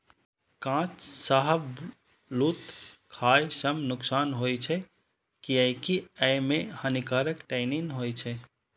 कांच शाहबलूत खाय सं नुकसान होइ छै, कियैकि अय मे हानिकारक टैनिन होइ छै